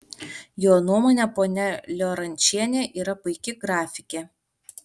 jo nuomone ponia liorančienė yra puiki grafikė